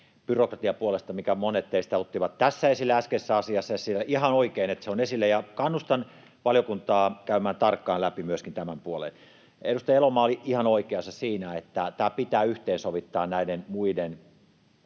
byrokratiapuolesta, minkä monet teistä ottivat tässä esille ja äskeisessä asiassa esille, ja on ihan oikein, että se on esillä, ja kannustan valiokuntaa käymään tarkkaan läpi myöskin tämän puolen: Edustaja Elomaa oli ihan oikeassa siinä, että tämä pitää yhteensovittaa näiden muiden